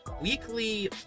weekly